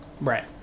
Right